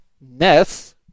Ness